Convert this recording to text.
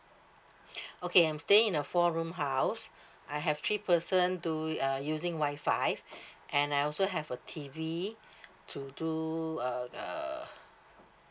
okay I'm staying in a four room house I have three person to it uh using wifi and I also have a T_V to do a uh